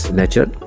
nature